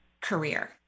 career